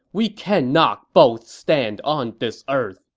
we cannot both stand on this earth!